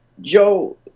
Joe